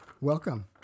Welcome